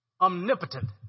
omnipotent